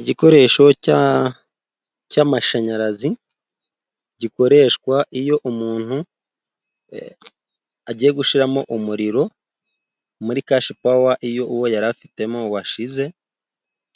Igikoresho cy'amashanyarazi gikoreshwa iyo umuntu agiye gushyiramo umuriro muri kashi pawa iyo uwo yari afitemo washize